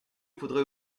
faudrait